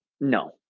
No